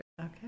Okay